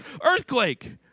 earthquake